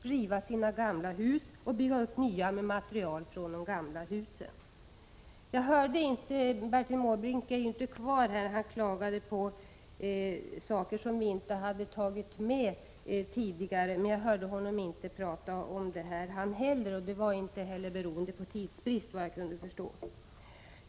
Deras gamla hus skall rivas och nya skall byggas upp med material från de gamla husen. Bertil Måbrink är inte längre kvar här i kammaren. Han klagade på saker som vi inte hade tagit upp tidigare. Men jag hörde inte att han heller talade om det här och det berodde inte på tidsbrist, såvitt jag kan förstå.